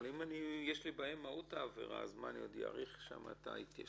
אבל אם יש לי בעיה עם מהות העבירה אז אני עוד אאריך את ההתיישנות?